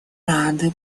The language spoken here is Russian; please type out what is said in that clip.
рады